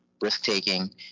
risk-taking